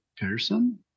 person